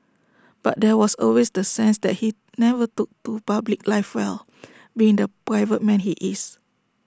but there was always the sense that he never took to public life well being the private man he is